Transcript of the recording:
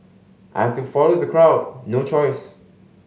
I have to follow the crowd no choice